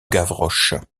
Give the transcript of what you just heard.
gavroche